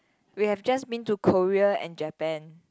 we have just been to Korea and Japan